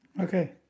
Okay